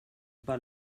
pas